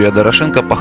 yeah doroshenko but